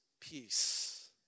peace